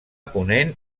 ponent